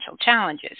challenges